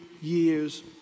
years